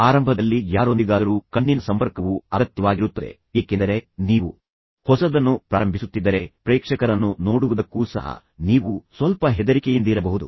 ಆರಂಭದಲ್ಲಿ ಸಂಪರ್ಕಿಸಬಹುದಾದ ಯಾರೊಂದಿಗಾದರೂ ಕಣ್ಣಿನ ಸಂಪರ್ಕವು ಅಗತ್ಯವಾಗಿರುತ್ತದೆ ಏಕೆಂದರೆ ನೀವು ಹೊಸದನ್ನು ಪ್ರಾರಂಭಿಸುತ್ತಿದ್ದರೆ ಪ್ರೇಕ್ಷಕರನ್ನು ನೋಡುವುದಕ್ಕೂ ಸಹ ನೀವು ಸ್ವಲ್ಪ ಹೆದರಿಕೆಯಿಂದಿರಬಹುದು